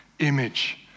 image